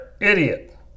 idiot